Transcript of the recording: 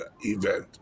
event